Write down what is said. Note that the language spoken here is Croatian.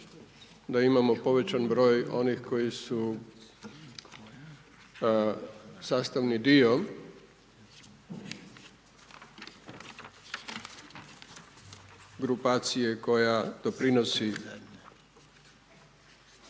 da imamo povećan broj onih koji su sastavni dio grupacije koja doprinosi